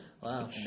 Wow